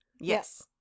yes